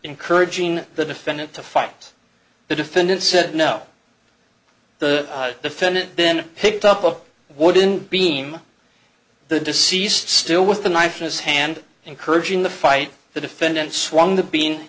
encouraging the defendant to fight the defendant said no the defendant been picked up a wooden beam the deceased still with the knife in his hand encouraging the fight the defendant swung the being